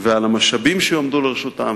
ועל המשאבים שיועמדו לרשותם.